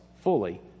fully